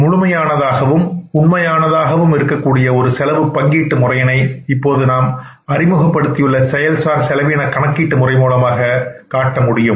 முழுமையாகவும் உண்மையானதாகவும் இருக்கக்கூடிய ஒரு செலவு பங்கீட்டு முறையினை இப்பொழுது நாம் அறிமுகப்படுத்தியுள்ள செயல்சார் செலவின கணக்கீட்டு முறை மூலமாக காட்ட முடியும்